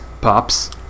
Pops